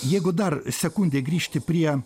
jeigu dar sekundei grįžti prie